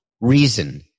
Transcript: reason